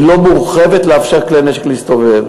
היא לא מורחבת כדי לאפשר לכלי נשק להסתובב.